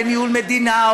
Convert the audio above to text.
לניהול מדינה,